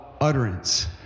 utterance